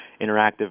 interactive